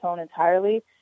entirely